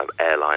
airline